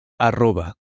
arroba